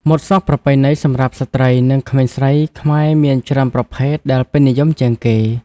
ម៉ូតសក់ប្រពៃណីសម្រាប់ស្ត្រី និងក្មេងស្រីខ្មែរមានច្រើនប្រភេទ ដែលពេញនិយមជាងគេ។